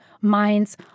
minds